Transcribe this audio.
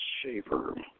Shaver